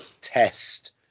test